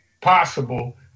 possible